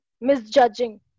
misjudging